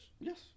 Yes